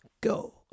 Go